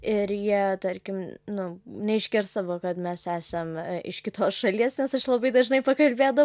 ir jie tarkim nu neišgirsdavo kad mes esam iš kitos šalies nes aš labai dažnai pakalbėda